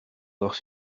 dos